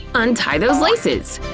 untie those laces!